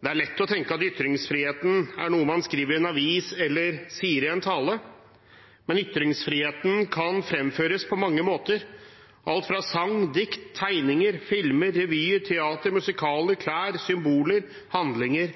Det er lett å tenke at ytringsfrihet gjelder noe man skriver i en avis eller sier i en tale, men ytringer kan fremføres på mange måter – alt fra sang, dikt, tegninger, filmer, revyer, teater og musikaler til klær, symboler, handlinger